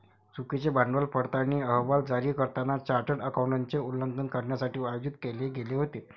चुकीचे भांडवल पडताळणी अहवाल जारी करताना चार्टर्ड अकाउंटंटचे उल्लंघन करण्यासाठी आयोजित केले गेले होते